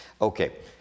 Okay